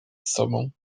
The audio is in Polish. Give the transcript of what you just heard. sobą